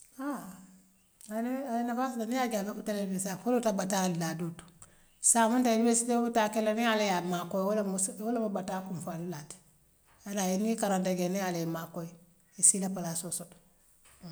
Haa aye nebi aye nafaa soto niŋ yaa jee abe futariŋ lissaanss a folota bataa dulaa doo to saňe woo man taa universitee wo ye taa kele niŋ allah yaa maakoy woolemu se woolemu bataa kuŋ fan lati bare nii karanta jee niŋ allah yee maakoy issii ila palassoo soto.